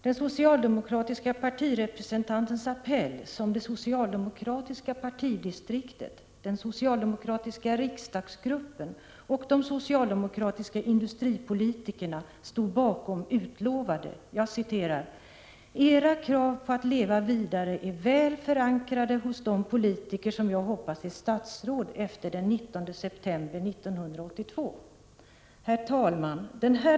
Den socialdemokratiska partirepresentantens appell, som det socialdemokratiska partidistriktet, den socialdemokratiska riksdagsgruppen och de socialdemokratiska industripolitikerna stod bakom, utlovade följande: ”Era krav på att leva vidare är väl förankrade hos de politiker som jag hoppas är statsråd efter den 19 september 1982.” Herr talman!